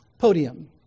podium